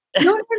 No